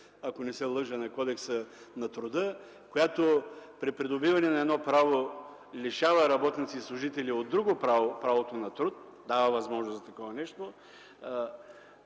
ако не се лъжа, на Кодекса на труда, която при придобиване на едно право лишава работници и служители от друго право – правото на труд, дава възможност за такова нещо,